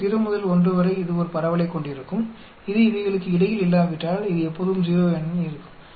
எனவே 0 முதல் 1 வரை இது ஒரு பரவலைக் கொண்டிருக்கும் இது இவைகளுக்கு இடையில் இல்லாவிட்டால் இது எப்போதும் 0 என இருக்கும்